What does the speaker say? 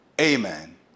amen